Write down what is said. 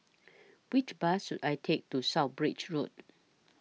Which Bus should I Take to South Bridge Road